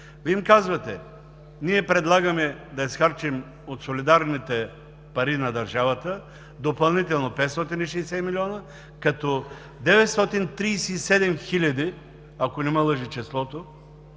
Вие им казвате: ние предлагаме да изхарчим от солидарните пари на държавата допълнително 560 млн. лв., като 937 хиляди, ако не ме лъже паметта